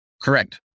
Correct